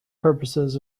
purposes